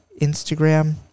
Instagram